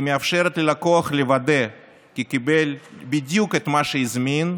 והיא מאפשרת ללקוח לוודא כי קיבל בדיוק את מה שהזמין,